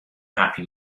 happy